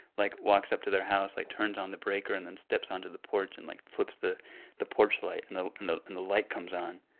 like, walks up to their house, like, turns on the breaker and then steps onto the porch and, like, flips the the porch light. and the and the and light comes on.